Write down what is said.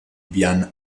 vian